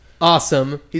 awesome